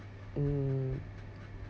hmm